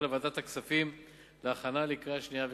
לוועדת הכספים להכנה לקריאה שנייה ושלישית.